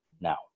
now